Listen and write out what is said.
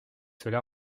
cela